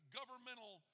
governmental